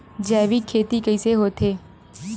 जैविक खेती कइसे होथे?